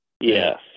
Yes